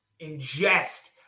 ingest